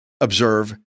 observe